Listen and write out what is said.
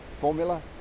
formula